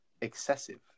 excessive